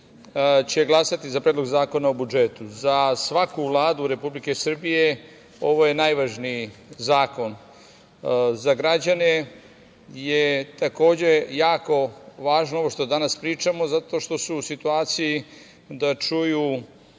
će glasati za Predlog zakona o budžetu.Za svaku Vladu Republike Srbije ovo je najvažniji zakon. Za građane je takođe jako važno ovo što danas pričamo, zato što su u situaciji da čuju